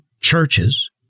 churches